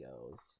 goes